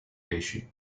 pesci